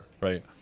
right